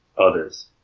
others